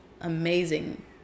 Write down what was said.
amazing